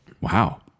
Wow